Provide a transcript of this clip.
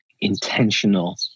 intentional